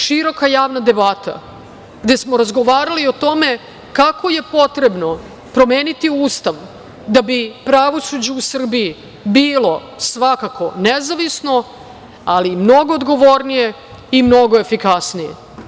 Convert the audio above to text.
Široka javna debata, gde smo razgovarali o tome kako je potrebno promeniti Ustav, da bi pravosuđe u Srbiji, bilo svakako, nezavisno, ali i mnogo odgovornije i mnogo efikasnije.